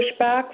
pushback